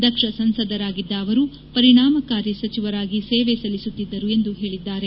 ದಕ್ಷ ಸಂಸದರಾಗಿದ್ದ ಅವರು ಪರಿಣಾಮಕಾರಿ ಸಚಿವರಾಗಿ ಸೇವೆ ಸಲ್ಲಿಸುತ್ತಿದ್ದರು ಎಂದು ಹೇಳಿದ್ದಾರೆ